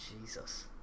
Jesus